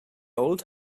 old